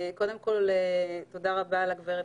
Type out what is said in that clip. קודם כול, תודה רבה, גברתי,